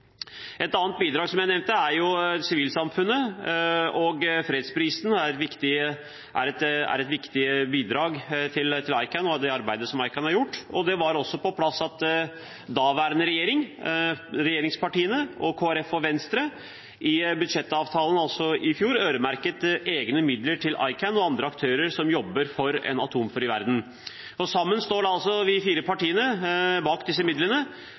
Et annet bidrag som jeg nevnte, er sivilsamfunnet, og fredsprisen til ICAN for det arbeidet som ICAN har gjort, er et viktig bidrag. Det var på sin plass at de daværende regjeringspartier, Kristelig Folkeparti og Venstre i budsjettavtalen i fjor øremerket egne midler til ICAN og andre aktører som jobber for en atomvåpenfri verden. Sammen står vi fire partiene bak disse midlene,